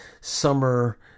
summer